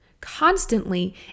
constantly